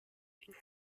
une